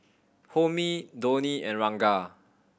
Homi Dhoni and Ranga